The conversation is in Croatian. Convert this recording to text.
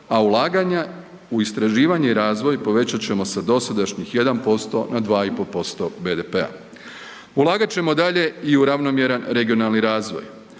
a ulaganja u istraživanje i razvoj povećat ćemo sa dosadašnjih 1% na 2,5% BDP-a. Ulagat ćemo dalje i u ravnomjeran regionalni razvoj.